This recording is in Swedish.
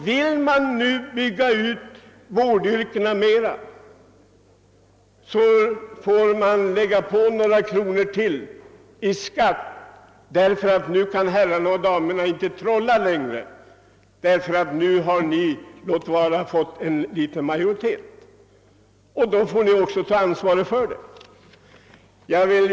Vill man bygga ut vårdyrkena ytterligare, så måste några kronor mera läggas på i skatt. Nu kan damerna och herrarna inte trolla längre, ty nu har ni fått en — låt vara liten — majoritet. Då måste ni också ta det ansvar som den förpliktar till.